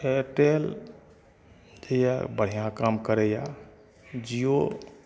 Airtel जे यऽ बढ़िऑं काम करै यऽ जिओ